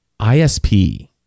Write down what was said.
ISP